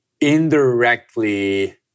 indirectly